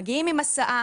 מגיעים עם הסעה,